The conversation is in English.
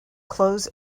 clothes